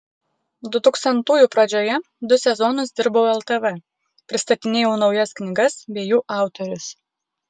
dutūkstantųjų pradžioje du sezonus dirbau ltv pristatinėjau naujas knygas bei jų autorius